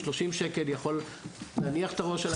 30 שקל יכול להניח את הראש על הכר,